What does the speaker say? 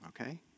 Okay